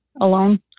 alone